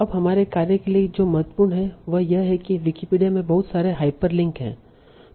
अब हमारे कार्य के लिए जो महत्वपूर्ण है वह यह है कि विकिपीडिया में बहुत सारे हाइपरलिंक हैं